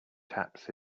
taps